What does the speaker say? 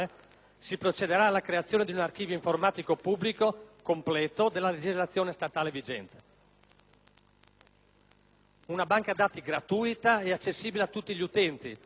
si procederà alla creazione di un archivio informatico pubblico completo della legislazione statale vigente. Una banca dati gratuita e accessibile a tutti gli utenti,